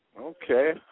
Okay